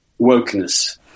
wokeness